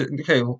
Okay